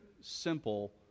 simple